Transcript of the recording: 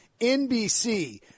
NBC